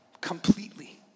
completely